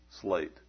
slate